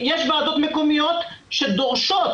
יש ועדות מקומיות שדורשות,